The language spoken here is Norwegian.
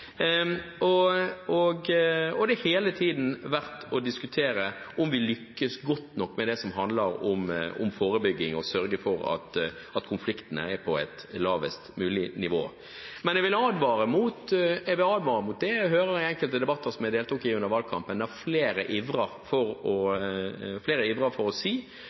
noe om. Og det er hele tiden verdt å diskutere om vi lykkes godt nok med det som handler om forebygging og det å sørge for at konfliktene er på et lavest mulig nivå. Men jeg vil advare mot det jeg hørte i enkelte debatter som jeg deltok i under valgkampen, der flere ivret for